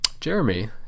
Jeremy